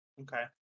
Okay